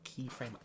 keyframe